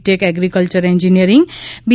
tech agriculture engineering B